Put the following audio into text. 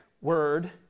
word